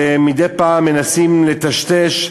שמדי פעם מנסים לטשטש,